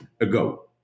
ago